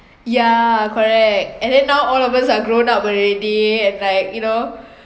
yeah correct and then now all of us are grown up already and like you know